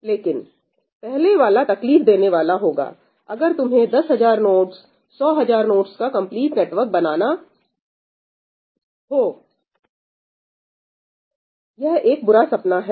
लेकिन पहले वाला तकलीफ देने वाला होगा अगर तुम दस हजार नोडस सौ हजार नोडस का कंपलीट नेटवर्क बनाना चाहते हो यह एक बुरा सपना है